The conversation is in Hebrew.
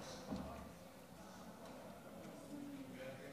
לרשותך שלוש דקות, בבקשה.